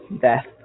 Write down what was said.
death